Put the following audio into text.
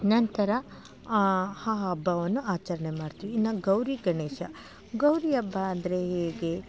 ನಂತರ ಹಬ್ಬವನ್ನು ಆಚರಣೆ ಮಾಡ್ತೀವಿ ಇನ್ನೊಂದು ಗೌರಿ ಗಣೇಶ ಗೌರಿ ಹಬ್ಬ ಅಂದರೆ ಹೇಗೆ